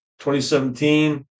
2017